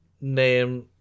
name